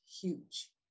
huge